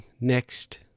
next